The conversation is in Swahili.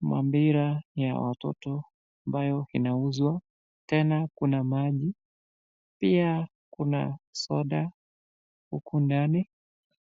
mampira ya watoto ambayo inauzwa, tena kuna maji pia kuna soda huku ndani.